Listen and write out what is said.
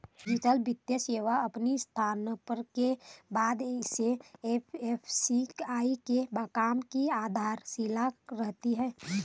digital वित्तीय सेवा अपनी स्थापना के बाद से ए.एफ.आई के काम की आधारशिला रही है